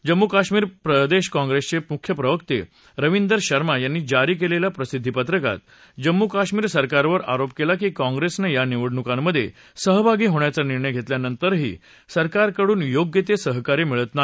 जम्मू काश्मीर प्रदसेष काँग्रेसचे मुख्य प्रवक्ते रविंदर शर्मा यांनी जारी केलेल्या प्रसिद्धीपत्रकात जम्मू काश्मीर सरकारवर आरोप केला की काँप्रेसनं या निवडणुकांमध्ये सहभागी होण्याचा निर्णय घेतल्या नंतरही सरकारकडून योग्य ते सहकार्य मिळत नाही